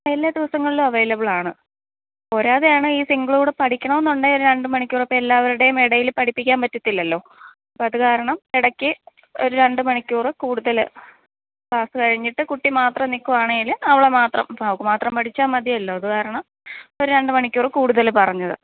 ആ എല്ലാ ദിവസങ്ങളിലും അവൈലബിളാണ് പോരാതെയാണ് ഈ സിങ്കിളൂടെ പഠിക്കണമെന്നുണ്ടേൽ രണ്ട് മണിക്കൂർ ഇപ്പോള് എല്ലാവരുടെയും ഇടയില് പഠിപ്പിക്കാൻ പറ്റത്തില്ലല്ലോ അപ്പോള് അത് കാരണം ഇടയ്ക്ക് ഒരു രണ്ടു മണിക്കൂറില് കൂടുതല് ക്ലാസ്സ് കഴിഞ്ഞിട്ട് കുട്ടി മാത്രം നില്ക്കുകയാണെങ്കില് അവളെ മാത്രം ഇപ്പോള് അവള്ക്ക് മാത്രം പഠിച്ചാല് മതിയല്ലോ അതു കാരണം ഒരു രണ്ടു മണിക്കൂര് കൂടുതല് പറഞ്ഞത്